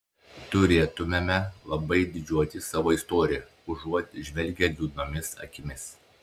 turėtumėme labai didžiuotis savo istorija užuot žvelgę liūdnomis akimis